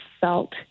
felt